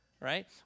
right